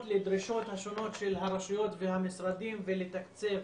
לדרישות השונות של הרשויות והמשרדים ולתקצב